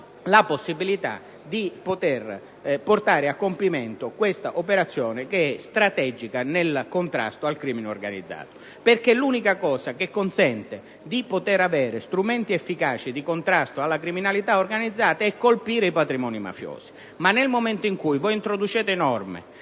la possibilità di portare a compimento quest'operazione, che è strategica nel contrasto al crimine organizzato. Infatti, l'unica cosa che consente di avere strumenti efficaci di contrasto alla criminalità organizzata è colpire i patrimoni mafiosi. Voi però introducete norme,